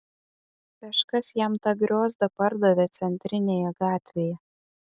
kažkas jam tą griozdą pardavė centrinėje gatvėje